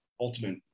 ultimate